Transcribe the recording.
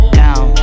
down